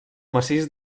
massís